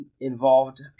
involved